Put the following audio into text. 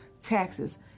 Taxes